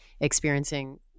experiencing